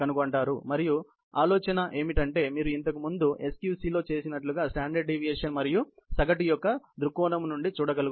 మంచి ఆలోచన ఏమిటంటే మీరు ఇంతకు ముందు SQC లో చేసినట్లుగా స్టాండర్డ్ డీవియేషన్ మరియు సగటు యొక్క దృక్కోణం నుండి చూడగలుగుతారు